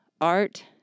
art